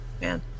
Man